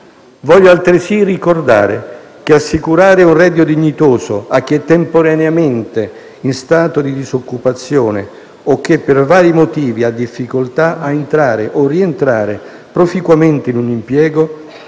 Voglio altresì ricordare che assicurare un reddito dignitoso a chi è temporaneamente in stato di disoccupazione o che, per vari motivi, ha difficoltà a entrare o rientrare proficuamente in un impiego